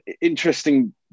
interesting